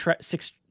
six –